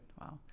wow